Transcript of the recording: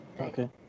Okay